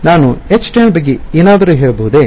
ನಾನು Htan ಬಗ್ಗೆ ಏನಾದರೂ ಹೇಳಬಹುದೇ